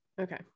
okay